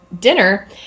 dinner